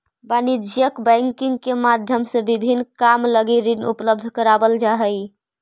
वाणिज्यिक बैंकिंग के माध्यम से विभिन्न काम लगी ऋण उपलब्ध करावल जा हइ